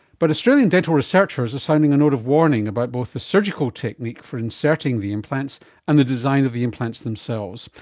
but australian dental researchers are sounding a note of warning about both the surgical technique for inserting the implants and the design of the implants themselves,